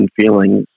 feelings